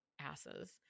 asses